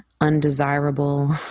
undesirable